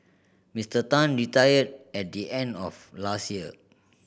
Mister Tan retired at the end of last year